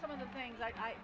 some of the things like i